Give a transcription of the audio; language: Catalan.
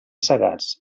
segats